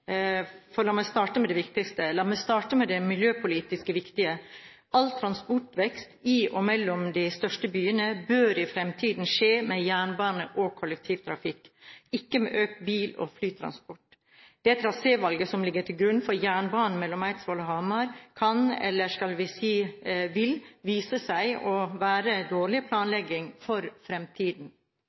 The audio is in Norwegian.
for oss som er opptatt av gode kommunikasjonsårer i Norge. Både E6 og utbyggingen av intercity er viktige grep i en slik sammenheng. Regjeringen har satt Stortinget i en vanskelig situasjon. La meg starte med det viktigste, det miljøpolitisk viktige: All transportvekst i og mellom de største byene bør i fremtiden skje med jernbane og kollektivtrafikk, ikke med økt bil- og flytransport. Det trasévalget som ligger til grunn for jernbanen mellom